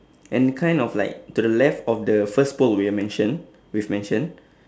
and kind of like to the left of the first pole we have mention we have mention